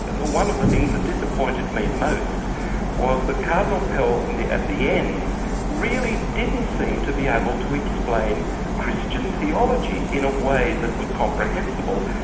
one of the things that disappointed me most was that cardinal pell and at the end really didn't seem to be able to explain christian theology in a way that was comprehensible.